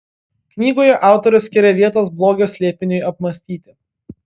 knygoje autorius skiria vietos blogio slėpiniui apmąstyti